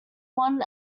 won